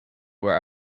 were